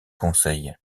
conseil